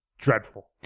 dreadful